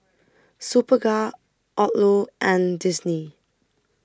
Superga Odlo and Disney